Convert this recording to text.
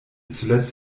zuletzt